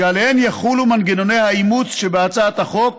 שעליהן יחולו מנגנוני האימוץ שבהצעת החוק